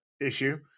issue